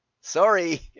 Sorry